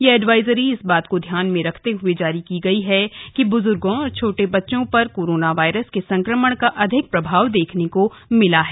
यह एडवायजरी इस बात को ध्यान में रखते हुए जारी की गई है कि ब्ज्र्गों और छोटे बच्चों पर कोरोना वायरस के संक्रमण का अधिक प्रभाव देखने को मिला है